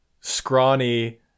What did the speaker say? scrawny